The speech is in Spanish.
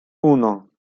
uno